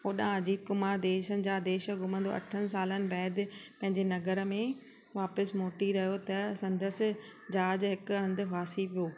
ओॾा अजीत कुमार देशनि जा देश घुमंदो अठनि सालनि बैदि पंहिंजे नगर में वापिसि मोटी रहियो त संदसि जहाज़ हिकु हंघि फासी पियो